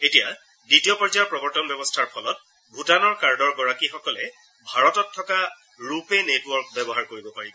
এতিয়া দ্বিতীয় পৰ্যায়ৰ প্ৰৱৰ্তন ব্যৱস্থাৰ ফলত ভূটানৰ কাৰ্ডৰ গৰাকীসকলে ভাৰতত থকা ৰূ পে নেটৱৰ্ক ব্যৱহাৰ কৰিব পাৰিব